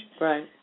right